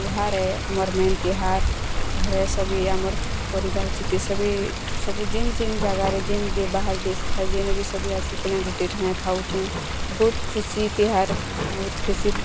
ତିହାର୍ ଏ ଆମର୍ ମେନ୍ ତିହାର୍ ଘରେ ସଭି ଆମର୍ ପରିବାର୍ ଯେତେ ସଭି ସବୁ ଯେନ୍ ଜେନ୍ ଜାଗାରେ ଯେନ୍ ଦେଶ୍ ବାହାର୍ ଦେଶ୍ ଥାଇ ଯେନ୍ ଭି ସଭି ଆସିକିନା ଗୁଟେ ଠାନେ ଖାଉଛନ୍ ବହୁତ୍ ଖୁସି ତେହାର୍ ବହୁତ୍ ଖୁସିର୍